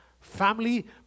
Family